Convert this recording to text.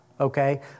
okay